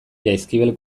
jaizkibel